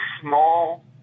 small